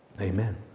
Amen